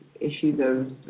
issues